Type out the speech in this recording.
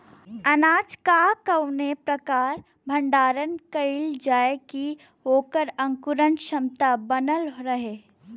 अनाज क कवने प्रकार भण्डारण कइल जाय कि वोकर अंकुरण क्षमता बनल रहे?